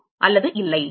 ஆம் அல்லது இல்லை